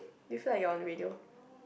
do you feel like you're on radio